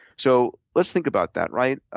so let's think about that, right?